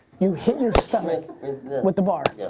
you hit your stomach with the bar? yeah